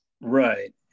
Right